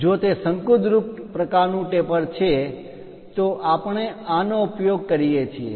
જો તે શંકુદ્રૂપ પ્રકારનું ટેપર છે તો આપણે આનો ઉપયોગ કરીએ છીએ